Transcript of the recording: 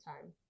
time